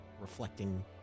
reflecting